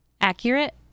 accurate